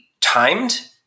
timed